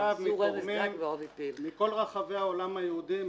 שמורכב מתורמים מכל רחבי העולם היהודי,